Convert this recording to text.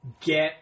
get